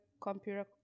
computer